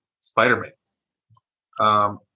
Spider-Man